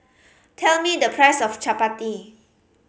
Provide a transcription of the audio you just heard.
tell me the price of chappati